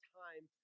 time